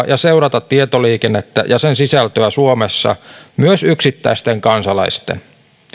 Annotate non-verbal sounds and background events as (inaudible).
(unintelligible) ja seurata tietoliikennettä ja sen sisältöä suomessa myös yksittäisten kansalaisten